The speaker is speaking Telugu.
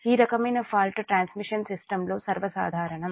ఈ రకమైన ఫాల్ట్స్ ట్రాన్స్మిషన్ సిస్టం లో సర్వ సాధారణం